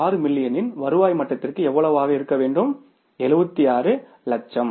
6 மில்லியனின் வருவாய் மட்டத்திற்கு எவ்வளவு இருக்க வேண்டும் 76 லட்சம்